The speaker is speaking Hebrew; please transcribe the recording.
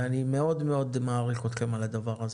ואני מעריך אתכם מאוד על הדבר הזה.